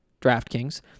DraftKings